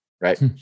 right